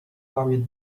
hurried